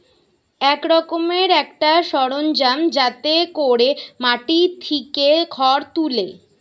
এক রকমের একটা সরঞ্জাম যাতে কোরে মাটি থিকে খড় তুলে